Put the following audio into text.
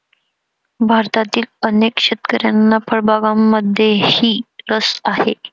भारतातील अनेक शेतकऱ्यांना फळबागांमध्येही रस आहे